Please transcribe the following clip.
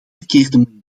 verkeerde